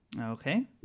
Okay